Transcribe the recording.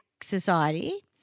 Society